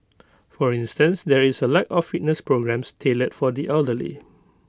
for instance there is A lack of fitness programmes tailored for the elderly